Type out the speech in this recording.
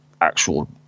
actual